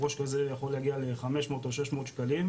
ראש כזה יכול להגיע ל־500 או 600 שקלים,